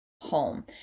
home